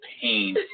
pain